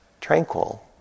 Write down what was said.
tranquil